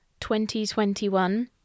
2021